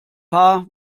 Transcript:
paar